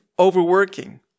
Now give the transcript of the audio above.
overworking